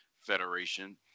Federation